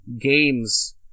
games